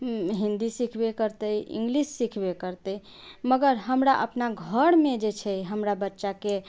हिन्दी सीखबे करतै इंग्लिश सीखबे करतै मगर हमरा अपना घरमे जे छै हमरा बच्चाके